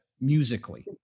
musically